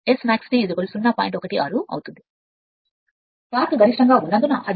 16 సరైనది టార్క్ గరిష్టంగా ఉన్నందున అది నిలిచిపోయే టార్క్